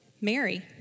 Mary